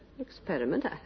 Experiment